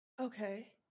Okay